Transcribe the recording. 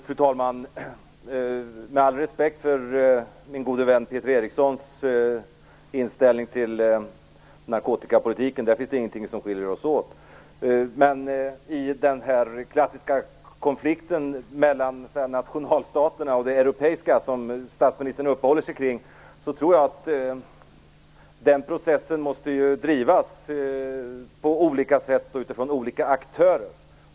Fru talman! Jag har all respekt för min gode vän där finns det inget som skiljer oss åt. Men när det gäller den klassiska konflikten mellan nationalstaterna och det europeiska, som statsministern uppehåller sig vid, tror jag att den processen måste drivas på olika sätt och utifrån olika aktörer.